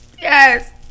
Yes